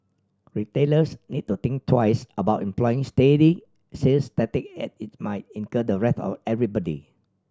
retailers need to think twice about employing sales tactic as it might incur the wrath of everybody